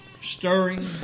stirring